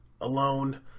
alone